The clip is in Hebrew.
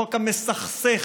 החוק המסכסך,